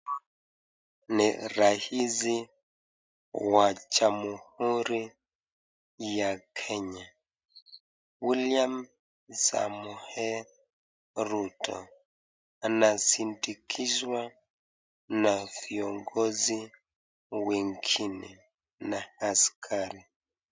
Ni rais wa jamhuri ya kenya William Samoei Ruto anasindikizwa na viongozi wengine na askari.